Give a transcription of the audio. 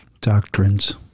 doctrines